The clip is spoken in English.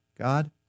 God